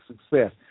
success